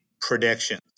predictions